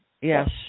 Yes